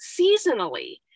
seasonally